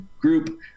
group